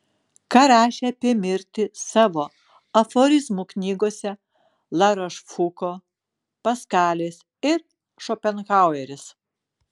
ką rašė apie mirtį savo aforizmų knygose larošfuko paskalis ir šopenhaueris